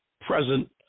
present